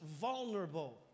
vulnerable